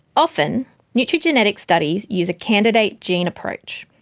often nutrigenetic studies use a candidate gene approach,